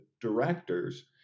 directors